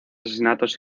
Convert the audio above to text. asesinatos